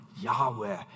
Yahweh